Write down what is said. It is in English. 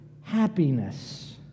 happiness